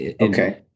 Okay